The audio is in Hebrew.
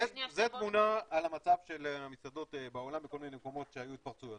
זו תמונה על המצב של המסעדות בעולם בכל מיני מקומות שהיו התפרצויות.